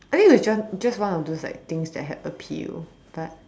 I mean it's just just one of those things that had appeal but